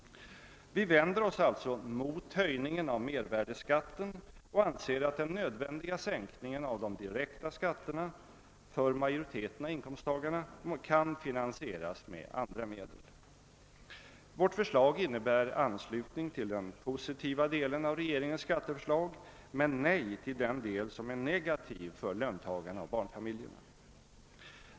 Vi vänder oss alltså mot höjningen av mervärdeskatten och anser att den nödvändiga sänkningen av de direkta skatterna för majoriteten av inkomsttagarna kan finansieras med andra medel. Vårt förslag innebär anslutning till den positiva delen av regeringens skatteförslag, men nej till den del som är negativ för löntagarna och barnfamiljerna.